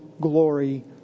glory